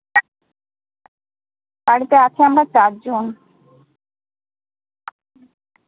বাড়িতে আছি আমরা চারজন